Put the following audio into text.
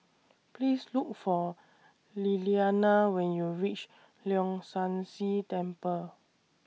Please Look For Lillianna when YOU REACH Leong San See Temple